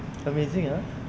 amazing ah